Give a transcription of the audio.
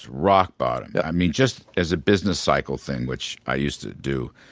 rock bottom. yeah i mean, just as a business cycle thing, which i used to do,